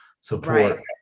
support